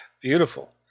beautiful